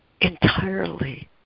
entirely